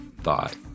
thought